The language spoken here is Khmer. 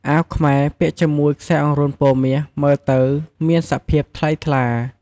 អាវខ្មែរពាក់ជាមួយខ្សែអង្រួនពណ៌មាសមើលមានសភាពថ្លៃថ្លា។